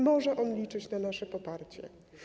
Może on liczyć na nasze poparcie.